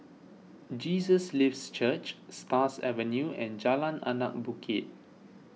Jesus Lives Church Stars Avenue and Jalan Anak Bukit